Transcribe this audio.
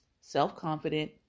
self-confident